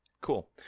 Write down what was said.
Cool